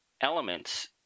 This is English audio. elements